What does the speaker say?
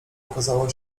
okazało